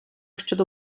щодо